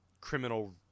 criminal